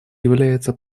является